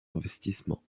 investissements